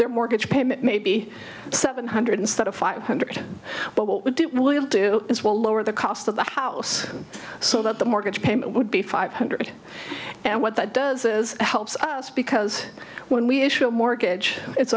their mortgage payment may be seven hundred instead of five hundred but what would it will do is will lower the cost of the house so that the mortgage payment would be five hundred and what that does is helps us because when we issue a mortgage it's